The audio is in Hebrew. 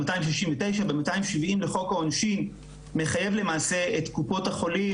269 ו-270 לחוק העונשין מחייב למעשה את קופות החולים